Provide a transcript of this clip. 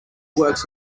works